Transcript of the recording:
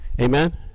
Amen